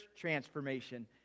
transformation